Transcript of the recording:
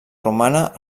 romana